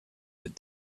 that